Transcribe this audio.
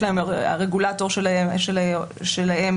הרגולטור שלהם